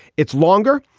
it's longer.